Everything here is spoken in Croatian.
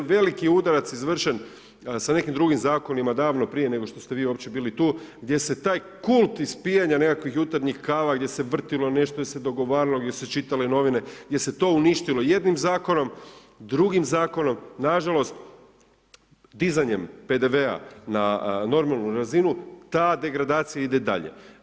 Veliki je udarac izvršen sa nekim drugim zakonima, davno prije nego što ste vi uopće bili tu gdje se taj kult ispijanja nekakvih jutarnjih kava, gdje se vrtilo nešto, gdje se dogovaralo, gdje su se čitale novine, gdje se to uništilo jednim zakonom, drugim zakonom, nažalost, dizanjem PDV-a na normalnu razinu, ta degradacija ide dalje.